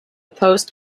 post